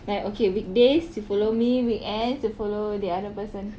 like okay weekdays you follow me weekends you follow the other person